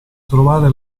trovare